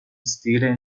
stile